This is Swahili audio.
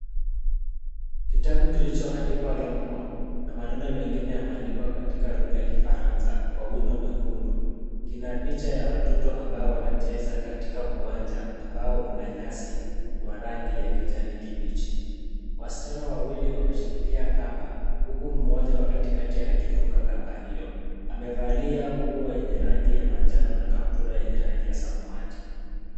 Kitabu kilichoandikwa Longhorn na maneno mengine yameandikwa katika lugha ya kifaransa kwa wino mwekundu, kina picha ya watoto ambayo wanacheza katika uwanja ambao una nyasi wa rangi ya kijani kibichi. Wasichana wawili wameshikilia kamba, huku mmoja wa katikati akiruka kamba hiyo. Amevalia nguo yenye rangi ya manjano na kaptura yenye rangi ya samawati.